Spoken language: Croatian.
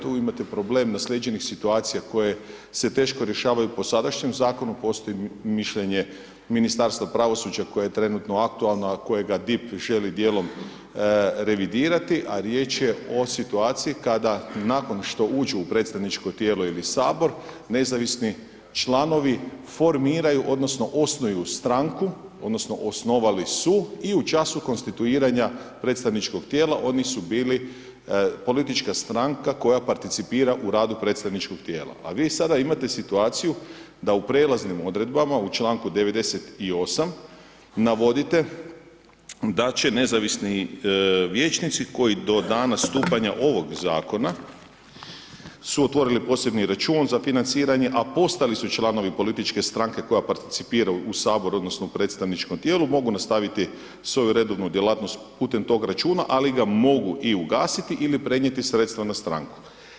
Tu imate problem naslijeđenih situacija koje se teško rješavaju po sadašnjem zakonu, postoji mišljenje Ministarstva pravosuđa koje je trenutno aktualno a kojega DIP želi djelom revidirati a riječ o situaciji kada nakon što uđu u predstavničko tijelo ili Sabor, nezavisni članovi formiraju odnosno osnuju stranku odnosno osnovali su i u času konstituiranja predstavničkog tijela, oni su bili politička stranka koja participira u radu predstavničkog tijela a vi sada imate situaciju da u prijelaznim odredbama u članku 98. navodite da će nezavisnih vijećnici koji do dana stupanja ovog zakona su otvorili posebni račun za financiranje a postali su članovi političke stranke koja participira u Saboru odnosno u predstavničkom tijelu, mogu nastaviti svoju redovnu djelatnost putem tog računa ali ga mogu i ugasiti ili prenijeti sredstva na stranku.